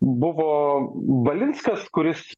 buvo valinskas kuris